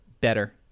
better